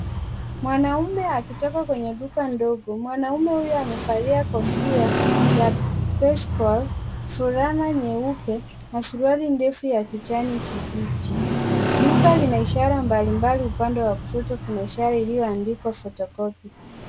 Mwanaume akitoka kwenye duka ndogo. Mwanaume huyo amevalia kofia ya baseball , fulana nyeupe na suruali ndefu ya kijani kibichi. Duka lina ishara mbalimbali. Upande wa kushoto kuna ishara iliyoandikwa Photocopy .